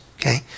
okay